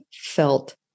felt